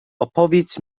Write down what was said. opowiedz